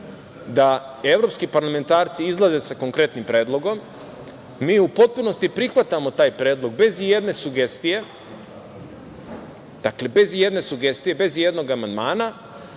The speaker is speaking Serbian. da evropski parlamentarci izlaze sa konkretnim predlogom. Mi u potpunosti prihvatamo taj predlog, bez ijedne sugestije, bez ijednog amandmana,